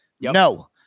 No